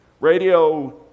Radio